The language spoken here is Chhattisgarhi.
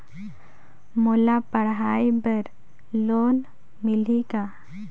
मोला पढ़ाई बर लोन मिलही का?